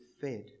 fed